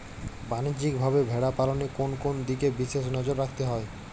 বাণিজ্যিকভাবে ভেড়া পালনে কোন কোন দিকে বিশেষ নজর রাখতে হয়?